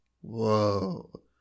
whoa